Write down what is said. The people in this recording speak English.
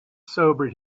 sobered